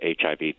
HIV